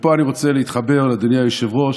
ופה אני רוצה להתחבר אל אדוני היושב-ראש,